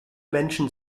menschen